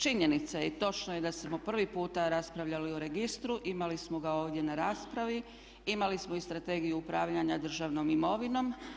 Činjenica je i točno je da smo prvi puta raspravljali o registru, imali smo ga ovdje na raspravi, imali smo i Strategiju upravljanja državnom imovinom.